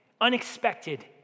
Unexpected